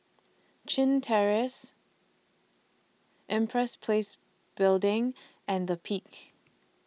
Chin Terrace Empress Place Building and The Peak